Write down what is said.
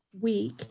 week